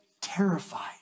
terrified